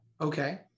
Okay